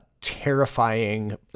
terrifying